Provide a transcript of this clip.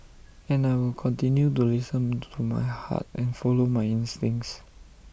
and I will continue to listen to my heart and follow my instincts